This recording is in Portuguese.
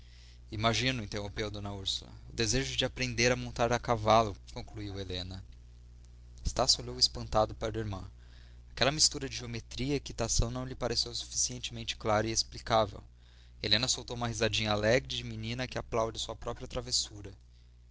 desejo imagino interrompeu d úrsula o desejo de aprender a montar a cavalo concluiu helena estácio olhou espantado para a irmã aquela mistura de geometria e equitação não lhe pareceu suficientemente clara e explicável helena soltou uma risadinha alegre de menina que aplaude a sua própria travessura